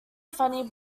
funny